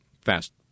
fast